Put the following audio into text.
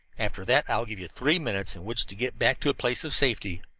after that i will give you three minutes in which to get back to a place of safety.